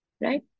Right